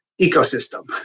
ecosystem